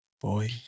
Boy